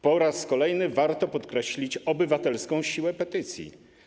Po raz kolejny warto podkreślić obywatelską siłę petycji.